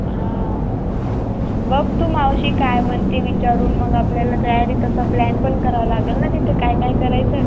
हा बघ तू मावशी काय म्हणते विचारून मग आपल्याला तयारी तसा प्लॅन पण करावं लागेल ना तिथे काय काय करायचं